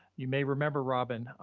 you may remember rubin.